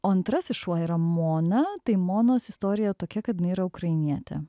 o antrasis šuo yra mona tai monos istorija tokia kad jinai yra ukrainietė